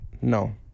no